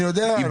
אני יודע.